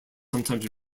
sometimes